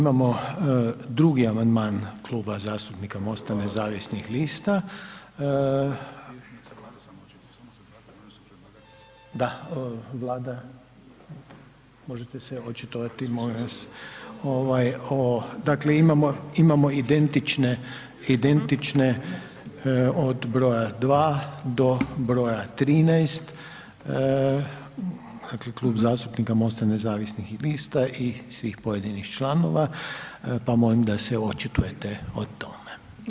Imamo drugi amandman Klub zastupnika MOST-a Nezavisnih lista. ... [[Upadica se ne čuje.]] Da, Vlada, možete se očitovati molim vas, dakle imamo identične od broja 2. do broja 13. dakle Klub zastupnika MOST-a Nezavisnih lista i svih pojedinih članova, pa molim da se očitujete o tome.